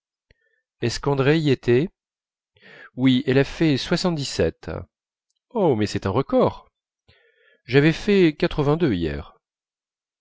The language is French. y était oui elle a fait soixante-dix-sept oh mais c'est un record j'avais fait quatre-vingt-deux hier